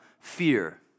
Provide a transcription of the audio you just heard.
fear